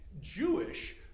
Jewish